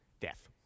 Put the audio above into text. Death